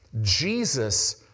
Jesus